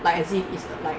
like as if it's like